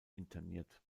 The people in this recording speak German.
interniert